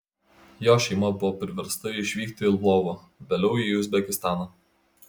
jo šeima buvo priversta išvykti į lvovą vėliau į uzbekistaną